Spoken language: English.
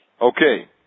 Okay